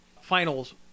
finals